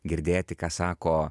girdėti ką sako